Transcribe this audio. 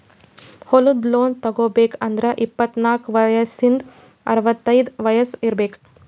ಹೊಲದ್ ಲೋನ್ ತಗೋಬೇಕ್ ಅಂದ್ರ ಇಪ್ಪತ್ನಾಲ್ಕ್ ವಯಸ್ಸಿಂದ್ ಅರವತೈದ್ ವಯಸ್ಸ್ ಇರ್ಬೆಕ್